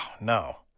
no